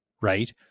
right